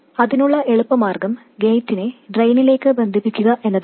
അതിനുള്ള എളുപ്പമാർഗ്ഗം ഗേറ്റിനെ ഡ്രെയിനിലേക്ക് ബന്ധിപ്പിക്കുക എന്നതാണ്